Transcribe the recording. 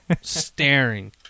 staring